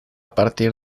partir